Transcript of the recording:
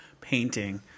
painting